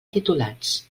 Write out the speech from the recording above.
titulats